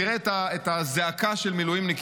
תראה את הזעקה של מילואימניקים,